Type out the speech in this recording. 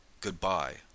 Goodbye